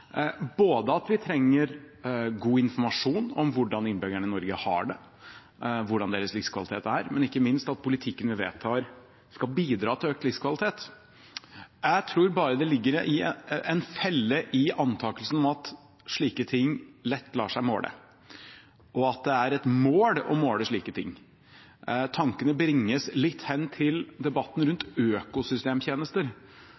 både at vi trenger god informasjon om hvordan innbyggerne i Norge har det, hvordan deres livskvalitet er, og, ikke minst, at politikken vi vedtar, skal bidra til økt livskvalitet. Jeg tror bare det ligger en felle i antakelsen om at slike ting lett lar seg måle, og at det er et mål å måle slike ting. Tankene bringes litt hen til debatten